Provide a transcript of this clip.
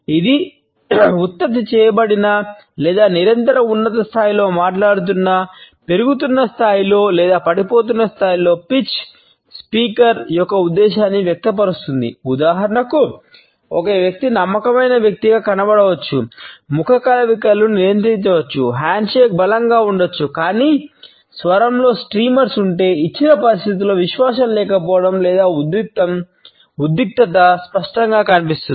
ఇది ఉత్పత్తి చేయబడినా లేదా నిరంతర ఉన్నత స్థాయిలో మాట్లాడుతున్నా పెరుగుతున్న స్థాయిలో లేదా పడిపోతున్న స్థాయిలో పిచ్ ఉంటే ఇచ్చిన పరిస్థితిలో విశ్వాసం లేకపోవడం లేదా ఉద్రిక్తత స్పష్టంగా కనిపిస్తుంది